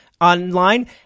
online